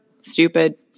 stupid